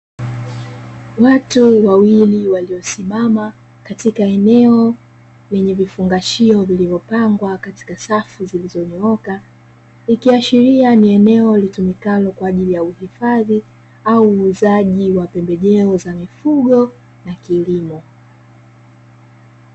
Watu wawili waliosimama katika eneo lenye vifungashio vilivyopangwa katika safu zilizonyooka, ikiashiria ni eneo litumikalo kwa ajili ya uhifadhi au uuzaji wa pembejeo za mifugo na kilimo.